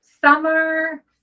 summer